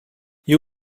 you